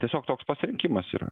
tiesiog toks pasirinkimas yra